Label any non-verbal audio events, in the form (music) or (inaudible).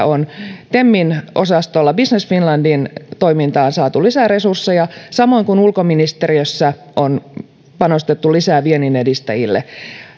(unintelligible) on temin osastolla business finlandin toimintaan saatu lisäresursseja samoin kuin ulkoministeriössä on panostettu lisää vienninedistäjille